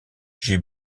j’ai